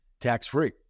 tax-free